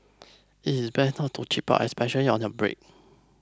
it's better to cheap out especially on your brake